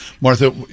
Martha